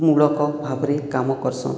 ମୂଳକ ଭାବରେ କାମ କର୍ସନ୍